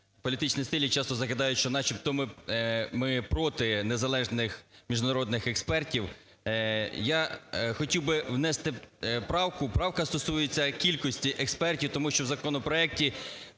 політичній силі часто закидають, що начебто ми проти незалежних міжнародних експертів. Я хотів би внести правку, правка стосується кількості експертів. Тому що в законопроекті